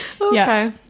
Okay